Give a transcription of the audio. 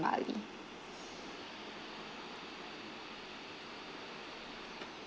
bali